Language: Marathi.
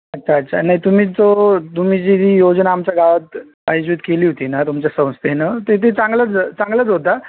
अच्छा अच्छा नाही तुम्ही जो तुम्ही जी जी योजना आमच्या गावात आयोजित केली होती ना तुमच्या संस्थेनं ते ते चांगलंच चांगलंच होतं